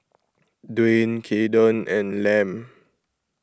Duane Kayden and Lem